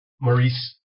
Maurice